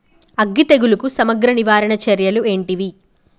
అగ్గి తెగులుకు సమగ్ర నివారణ చర్యలు ఏంటివి?